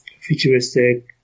Futuristic